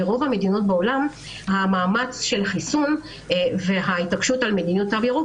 ברוב המדינות בעולם המאמץ של החיסון וההתעקשות על מדיניות תו ירוק,